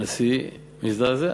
הנשיא מזדעזע.